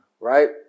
Right